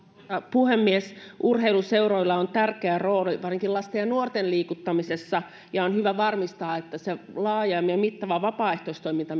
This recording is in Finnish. puhemies urheiluseuroilla on tärkeä rooli varsinkin lasten ja nuorten liikuttamisessa ja on hyvä varmistaa että se laaja ja mittava vapaaehtoistoiminta